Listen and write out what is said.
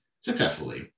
successfully